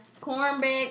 cornbread